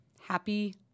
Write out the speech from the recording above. happy